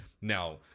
Now